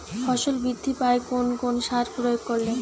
ফসল বৃদ্ধি পায় কোন কোন সার প্রয়োগ করলে?